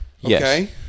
Yes